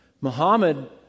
Muhammad